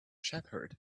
shepherd